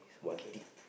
one